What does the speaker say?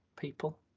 people